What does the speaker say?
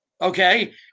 Okay